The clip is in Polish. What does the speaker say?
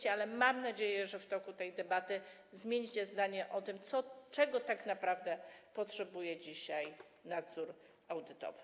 Mam jednak nadzieję, że w toku tej debaty zmienicie zdanie na temat tego, czego tak naprawdę potrzebuje dzisiaj nadzór audytowy.